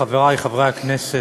חברי חברי הכנסת,